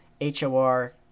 h-o-r